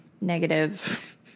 negative